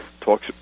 talks